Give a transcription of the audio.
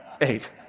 eight